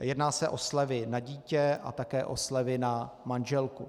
Jedná se o slevy na dítě a také o slevy na manželku.